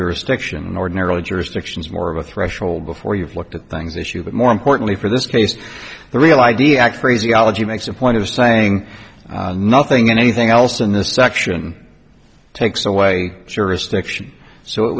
jurisdiction ordinarily jurisdictions more of a threshold before you've looked at things issue but more importantly for this case the real id act phraseology makes a point of saying nothing and anything else in this section takes away serious diction so it